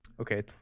okay